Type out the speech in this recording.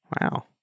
wow